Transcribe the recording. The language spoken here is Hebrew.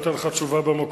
אני לא אתן לך תשובה במקום.